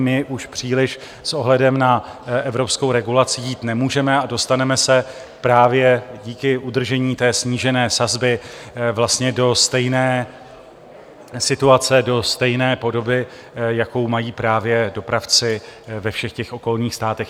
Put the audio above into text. My už příliš s ohledem na evropskou regulaci jít nemůžeme a dostaneme se právě díky udržení té snížené sazby vlastně do stejné situace, do stejné podoby, jakou mají právě dopravci ve všech těch okolních státech.